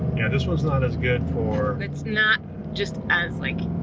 yeah this one's not as good for it's not just as like.